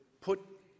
put